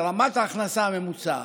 לרמת ההכנסה הממוצעת,